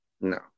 no